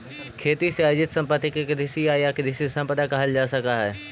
खेती से अर्जित सम्पत्ति के कृषि आय या कृषि सम्पदा कहल जा सकऽ हई